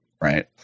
Right